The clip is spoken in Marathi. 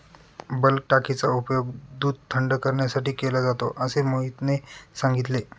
बल्क टाकीचा उपयोग दूध थंड करण्यासाठी केला जातो असे मोहितने सांगितले